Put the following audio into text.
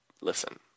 listen